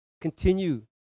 Continue